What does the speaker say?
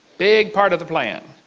big part of the plan.